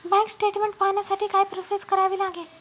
Bank statement पाहण्यासाठी काय process करावी लागेल?